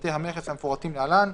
בפרטי המכס המפורטים להלן: